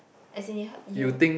as in you heard you